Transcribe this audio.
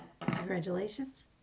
congratulations